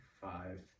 five